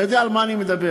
אתה יודע על מה אני מדבר,